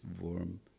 warm